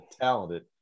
talented